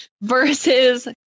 Versus